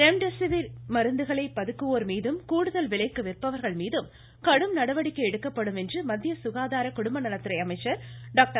remdesivir மருந்துகளை பதுக்குவோர் மீதும் கூடுதல் விலைக்கு விற்பவர்கள் மீதும் கடும் நடவடிக்கை எடுக்கப்படும் என்று மத்திய சுகாதார குடும்பநலத்துறை அமைச்சா் டாக்டர்